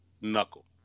Knuckle